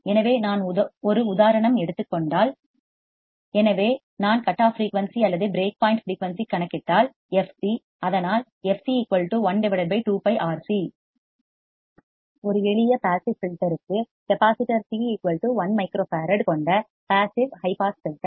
எனவே நான் ஒரு உதாரணம் எடுத்துக் கொண்டால் எனவே நான் கட் ஆஃப் ஃபிரீயூன்சி அல்லது பிரேக் பாயிண்ட் ஃபிரீயூன்சி கணக்கிட்டால் f c அதனால் fc 1 2 πRC ஒரு எளிய பாசிவ் ஃபில்டர் க்கு கெப்பாசிட்டர் C 1 µF கொண்ட பாசிவ் ஹை பாஸ் ஃபில்டர்